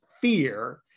fear